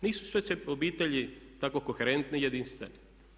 Nisu sve obitelji tako koherentne, jedinstvene.